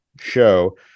show